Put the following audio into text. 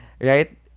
Right